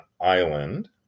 island